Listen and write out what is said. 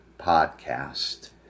podcast